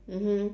mmhmm